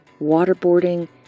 waterboarding